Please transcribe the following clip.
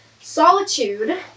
Solitude